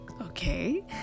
okay